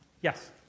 Yes